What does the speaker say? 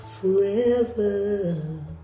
forever